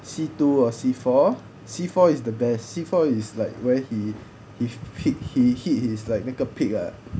C two or C four C four is the best C four is like where he he he hit his 那个 peak ah